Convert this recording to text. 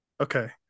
Okay